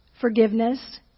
forgiveness